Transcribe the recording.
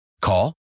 Call